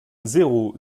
zéro